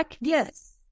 yes